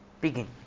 begin